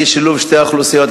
אי-שילוב שתי האוכלוסיות,